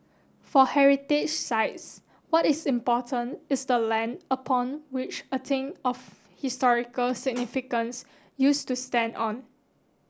for heritage sites what is important is the land upon which a thing of historical significance used to stand on